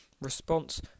response